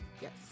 Yes